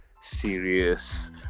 serious